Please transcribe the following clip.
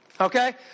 Okay